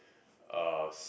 uh